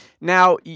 now